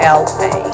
la